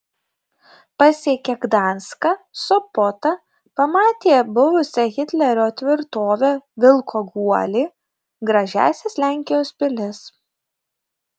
pasiekia gdanską sopotą pamatė buvusią hitlerio tvirtovę vilko guolį gražiąsias lenkijos pilis